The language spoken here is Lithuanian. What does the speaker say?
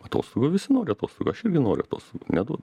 atostogų visi nori atostogų aš irgi noriu atostogų neduoda